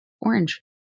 orange